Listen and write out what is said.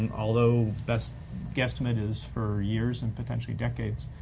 and although best guesstimate is for years and potentially decades.